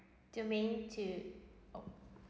domain two